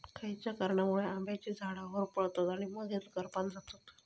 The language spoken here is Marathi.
खयच्या कारणांमुळे आम्याची झाडा होरपळतत आणि मगेन करपान जातत?